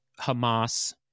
Hamas